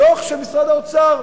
בדוח של משרד האוצר.